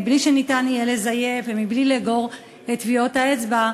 מבלי שניתן יהיה לזייף ומבלי לאגור את טביעות האצבע.